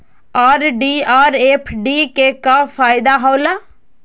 RD और FD के का फायदा हौला?